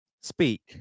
speak